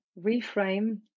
reframe